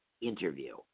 interview